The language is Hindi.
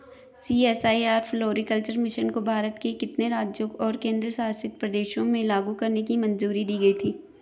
सी.एस.आई.आर फ्लोरीकल्चर मिशन को भारत के कितने राज्यों और केंद्र शासित प्रदेशों में लागू करने की मंजूरी दी गई थी?